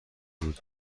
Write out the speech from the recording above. بود